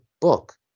book